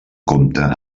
compta